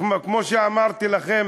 כמו שאמרתי לכם,